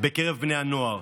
בקרב בני הנוער.